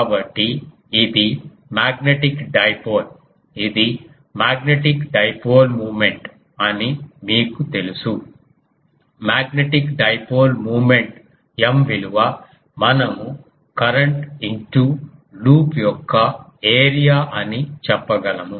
కాబట్టి ఇది magnetic dipole ఇది మాగ్నెటిక్ డైపోల్ మూమెంట్ అని మీకు తెలుసు మాగ్నెటిక్ డైపోల్ మూమెంట్ M విలువ మనము కరెంటు ఇన్టూ లూప్ యొక్క ఏరియా అని చెప్పగలము